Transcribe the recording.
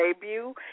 debut